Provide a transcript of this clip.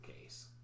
case